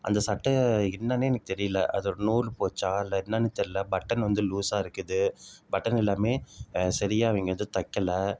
அந்த சட்டை என்னென்னே எனக்கு தெரியல அதோட நூல் போச்சா இல்லை என்னென்னு தெரியல பட்டன் வந்து லூசாக இருக்குது பட்டன் எல்லாம் சரியா அவங்க வந்து தைக்கலை